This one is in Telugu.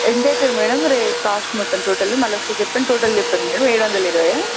ఎంతైతది మేడం రే కాస్ట్ మొత్తం టోటల్ మళ్ళీ ఒకసారి చెప్పండి టోటల్ చెప్పండి మేడం ఏడు వందల ఇరవైయా